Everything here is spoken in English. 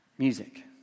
Music